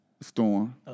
Storm